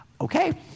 okay